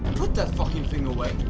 put that fucking thing away!